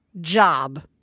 job